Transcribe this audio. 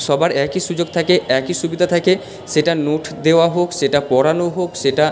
সবার একই সুযোগ থাকে একই সুবিধা থাকে সেটা নোট দেওয়া হোক সেটা পড়ানো হোক সেটা